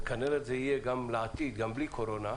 וכנראה שזה יהיה גם לעתיד, גם בלי הקורונה,